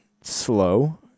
slow